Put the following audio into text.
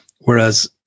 whereas